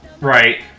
Right